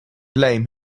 blame